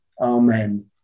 Amen